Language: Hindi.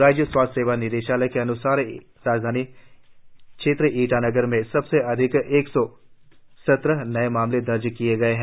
राज्य स्वास्थ्य सेवा निदेशालय के अनुसार ईटानगर राजधानी क्षेत्र में सबसे अधिक एक सौ सत्रह नए मामले दर्ज किए गए है